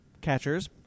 catchers